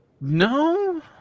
No